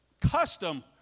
custom